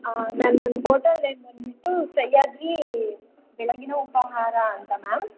ಹಾಂ ಮ್ಯಾಮ್ ನನ್ನ hotel name ಬಂದುಬಿಟ್ಟು ಸಹ್ಯಾದ್ರಿ ಬೆಳಗಿನ ಉಪಾಹಾರ ಅಂತ ಮ್ಯಾಮ್